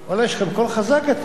שומעים אתכם עד פה.